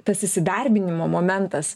tas įsidarbinimo momentas